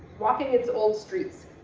walking its old streets.